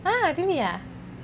ah really ah